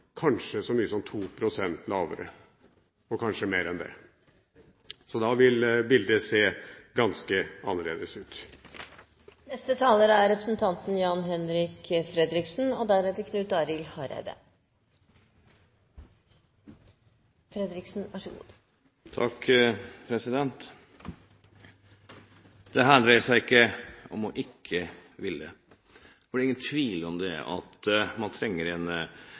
kanskje så mye som to prosentpoeng lavere – og kanskje mer enn det. Da vil bildet se ganske annerledes ut. Dette dreier seg ikke om ikke å ville, for det er ingen tvil om at man trenger en